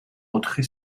ოთხი